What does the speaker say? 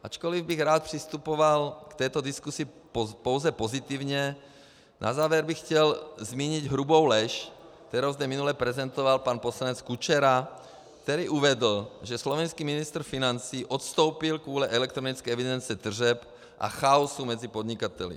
Ačkoliv bych rád přistupoval k této diskusi pouze pozitivně, na závěr bych chtěl zmínit hrubou lež, kterou zde minule prezentoval pan poslanec Kučera, který uvedl, že slovenský ministr financí odstoupil kvůli elektronické evidenci tržeb a chaosu mezi podnikateli.